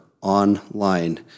online